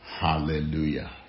Hallelujah